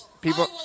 People